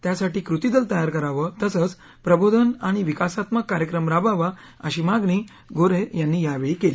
त्या साठी कृतीदाल तयार करावं तसंच प्रबोधन आणि विकासात्मक कार्यक्रम राबवावा अशी मागणी गोर्हे यांनी यावेळी केली